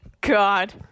god